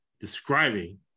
describing